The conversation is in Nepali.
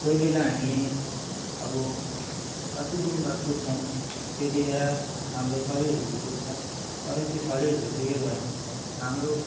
कोही बेला हामी अब कति दिन बाद कुद्छौँ त्यतिखेर हाम्रो शरीरहरू दुःख्छ तर त्यो शरीरहरू दुःखेको होइन हाम्रो